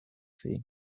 sea